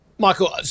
Michael